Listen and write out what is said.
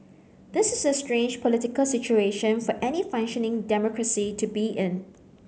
this is a strange political situation for any functioning democracy to be in